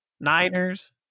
Niners